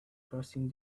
crossing